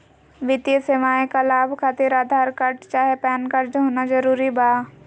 वित्तीय सेवाएं का लाभ खातिर आधार कार्ड चाहे पैन कार्ड होना जरूरी बा?